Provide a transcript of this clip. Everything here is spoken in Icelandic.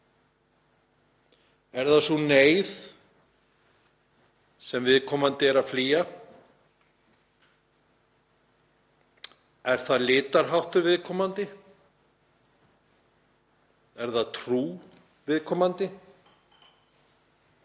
Er það sú neyð sem viðkomandi er að flýja? Er það litarháttur viðkomandi? Er það trú viðkomandi?